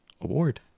award